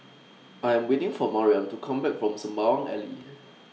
I Am waiting For Mariam to Come Back from Sembawang Alley